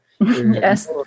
Yes